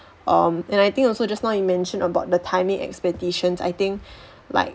um and I think also just now you mention about the timing expectations I think like